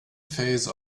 phase